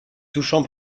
touchant